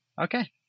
Okay